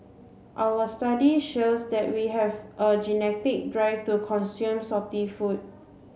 our study shows that we have a genetic drive to consume salty food